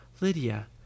Lydia